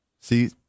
See